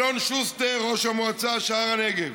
אלון שוסטר, ראש המועצה שער הנגב,